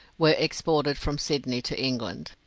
were exported from sydney to england.